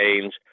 change